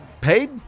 paid